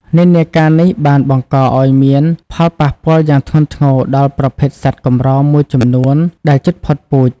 និន្នាការនេះបានបង្កឱ្យមានផលប៉ះពាល់យ៉ាងធ្ងន់ធ្ងរដល់ប្រភេទសត្វកម្រមួយចំនួនដែលជិតផុតពូជ។